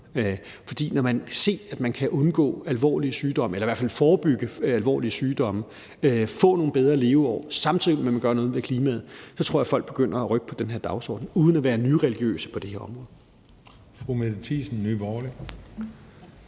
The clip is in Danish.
Når man kan se, at man kan undgå alvorlige sygdomme eller i hvert fald forebygge alvorlige sygdomme og få nogle bedre leveår, samtidig med at man gør noget for klimaet, tror jeg at folk begynder at rykke på den her dagsorden uden at være nyreligiøse på det her område.